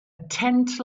tent